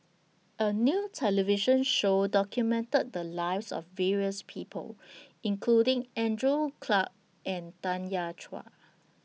A New television Show documented The Lives of various People including Andrew Clarke and Tanya Chua